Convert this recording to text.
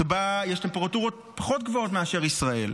שבה יש טמפרטורות פחות גבוהות מאשר ישראל.